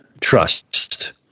trust